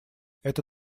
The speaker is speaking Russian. это